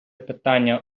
питання